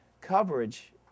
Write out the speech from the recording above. coverage